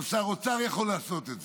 גם שר האוצר יכול לעשות את זה.